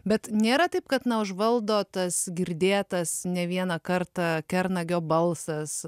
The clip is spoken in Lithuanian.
bet nėra taip kad na užvaldo tas girdėtas ne vieną kartą kernagio balsas